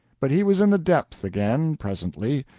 but he was in the depths again, presently,